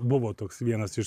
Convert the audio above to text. buvo buvo toks vienas iš